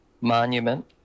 Monument